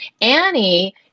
Annie